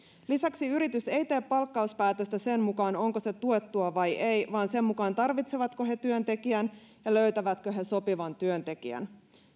lisäksi yritys ei tee palkkauspäätöstä sen mukaan onko se tuettua vai ei vaan sen mukaan tarvitsevatko he työntekijän ja löytävätkö he sopivan työntekijän